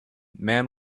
man